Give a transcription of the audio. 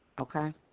Okay